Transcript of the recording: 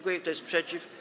Kto jest przeciw?